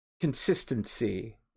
consistency